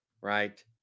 right